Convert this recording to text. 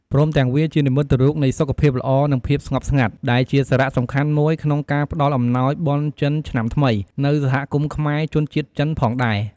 ព្រមទាំងវាជានិមិត្តរូបនៃសុខភាពល្អ និងភាពស្ងប់ស្ងាត់ ដែលជាសារៈសំខាន់មួយក្នុងការផ្ដល់អំណោយបុណ្យចិនឆ្នាំថ្មីនៅសហគមន៍ខ្មែរជនជាតិចិនផងដែរ។